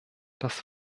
das